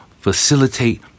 facilitate